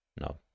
no